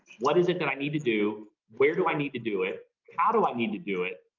what is it that i need to do? where do i need to do it? how do i need to do it?